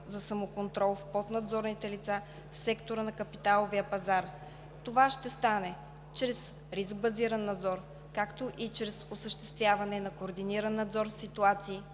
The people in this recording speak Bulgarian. за самоконтрол в поднадзорните лица в сектора на капиталовия пазар. Това ще стане чрез риск базиран надзор, както и чрез осъществяване на координиран надзор в ситуации,